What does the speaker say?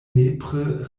nepre